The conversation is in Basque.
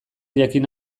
jakin